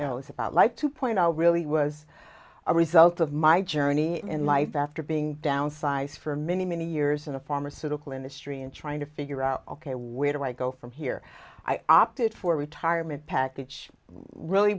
is about like to point out really was a result of my journey in life after being downsized for many many years in the pharmaceutical industry and trying to figure out ok where do i go from here i opted for retirement package really